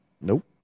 Nope